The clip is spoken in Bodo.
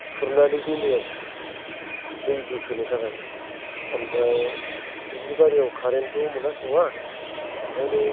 खुरनानै दोनो आरो दै बोखोनो थाखाय ओमफ्राय दुब्लि बारियाव खारेनथ' मोनहास'आ ओंखायनो